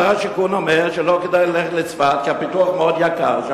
שר השיכון אומר שלא כדאי ללכת לצפת כי הפיתוח שם מאוד יקר.